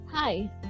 Hi